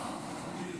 הביטחון.